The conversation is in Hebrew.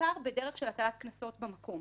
בעיקר בדרך של הטלת קנסות במקום.